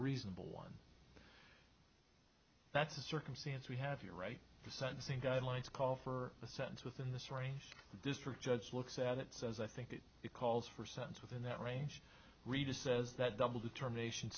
reasonable one that's a circumstance we have you're right the sentencing guidelines call for a sentence with in this race the district judge looks at it as i think it calls for sense within that range reduced says that double determination